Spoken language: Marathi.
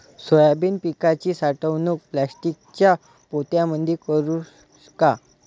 सोयाबीन पिकाची साठवणूक प्लास्टिकच्या पोत्यामंदी करू का?